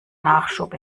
nachschub